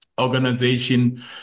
organization